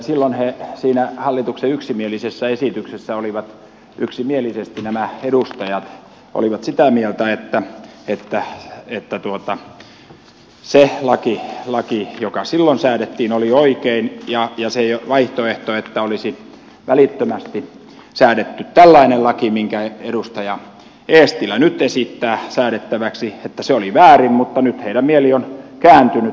elikkä silloin siinä hallituksen yksimielisessä esityksessä yksimielisesti nämä edustajat olivat sitä mieltä että se laki joka silloin säädettiin oli oikein ja se vaihtoehto että olisi välittömästi säädetty tällainen laki minkä edustaja eestilä nyt esittää säädettäväksi oli väärin mutta nyt heidän mieli on kääntynyt